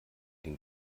ihn